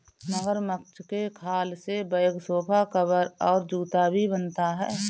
मगरमच्छ के खाल से बैग सोफा कवर और जूता भी बनता है